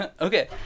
Okay